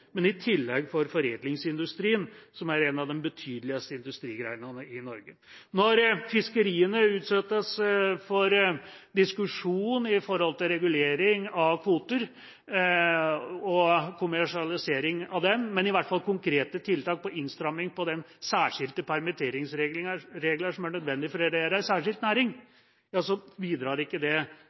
men i tillegg for foredlingsindustrien, som er en av de betydeligste industrigrenene i Norge. Når fiskeriene utsettes for diskusjon om regulering av kvoter og kommersialisering av dem og konkrete tiltak for innstramming av de særskilte permitteringsreglene som er nødvendige for å drive en særskilt næring, bidrar ikke det